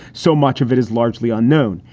so much of it is largely unknown.